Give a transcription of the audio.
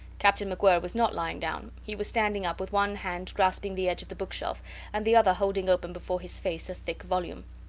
captain macwhirr was not lying down he was standing up with one hand grasping the edge of the bookshelf and the other holding open before his face a thick volume.